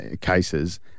cases